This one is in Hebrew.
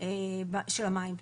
של המים.